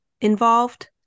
involved